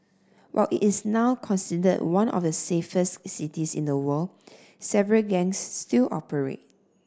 while it is now considered one of the safest cities in the world several gangs still operate